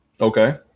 Okay